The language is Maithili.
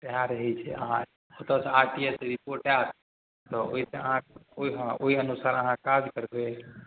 इएह रहै छै अहाँ ओतऽसँ आर टी आइ रिपोर्ट आएत तऽ ओहिसँ अहाँ ओहि हँ ओहि अनुसार अहाँ काज करबै